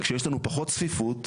כשיש לנו פחות צפיפות,